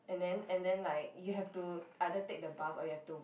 and then and then like you have to either take the bus or you have to